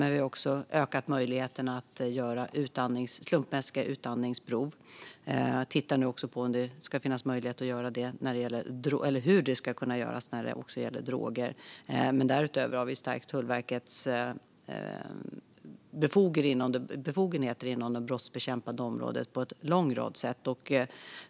Vi har även ökat möjligheten att göra slumpmässiga utandningsprov, och vi tittar nu på hur detta ska göras när det gäller droger. Därutöver har vi stärkt Tullverkets befogenheter på det brottsbekämpande området på en lång rad sätt.